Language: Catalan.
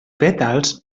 pètals